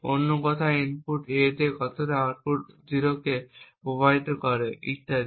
অন্য কথায় input A কতটা আউটপুট O কে প্রভাবিত করে ইত্যাদি